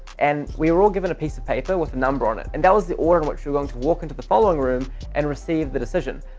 and we were all given a piece of paper with a number on it, and that was the order in which we were going to walk into the following room and receive the decision.